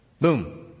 boom